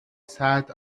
sat